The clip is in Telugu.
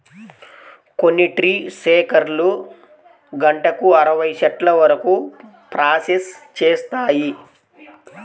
కొన్ని ట్రీ షేకర్లు గంటకు అరవై చెట్ల వరకు ప్రాసెస్ చేస్తాయి